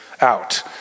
out